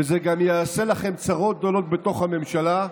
וזה גם יעשה לכם צרות גדולות בתוך הממשלה.